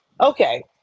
Okay